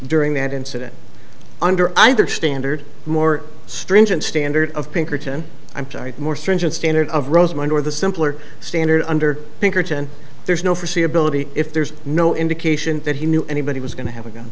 during that incident under either standard more stringent standard of pinkerton i'm sorry more stringent standard of rosemont or the simpler standard under pinkerton there's no forsee ability if there's no indication that he knew anybody was going to have a gun